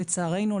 לצערנו,